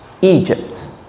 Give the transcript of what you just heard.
Egypt